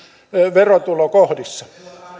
verotulokohdissa